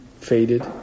faded